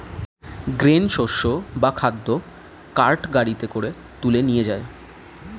grain শস্য বা খাদ্য কার্ট গাড়িতে করে তুলে নিয়ে যায়